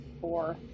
four